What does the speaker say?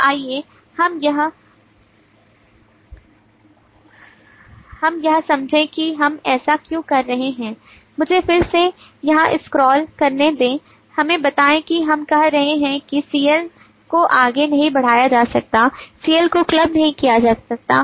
तो आइए हम यह समझें कि हम ऐसा क्यों कह रहे हैं मुझे फिर से यहां स्क्रॉल करने दें हमें बताएं कि हम कह रहे हैं कि CL को आगे नहीं बढ़ाया जा सकता है CL को क्लब नहीं किया जा सकता है